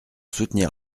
soutenir